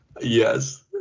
Yes